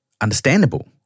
understandable